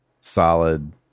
solid